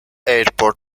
airport